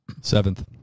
Seventh